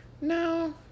No